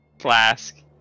flask